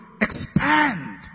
expand